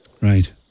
Right